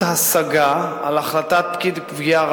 (השגה על קביעת דמי ביטוח),